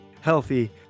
healthy